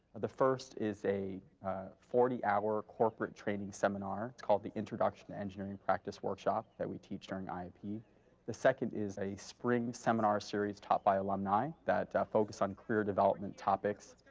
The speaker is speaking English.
the first is a forty hour corporate training seminar. it's called the introduction to engineering practice workshop that we teach during iap. the second is a spring seminar series taught by alumni that focus on career development topics.